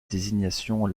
désignation